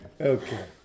Okay